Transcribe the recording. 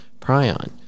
prion